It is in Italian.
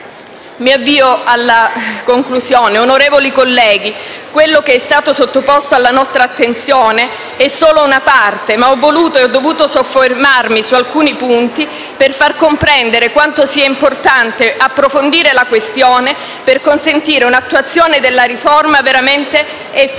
Mi avvio alla conclusione: onorevoli colleghi, quello che è stato sottoposto alla nostra attenzione è solo una parte ma ho voluto e ho dovuto soffermarmi su alcuni punti per far comprendere quanto sia importante approfondire la questione per consentire un'attuazione della riforma veramente efficace.